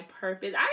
purpose